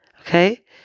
Okay